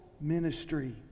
ministry